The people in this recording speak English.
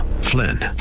Flynn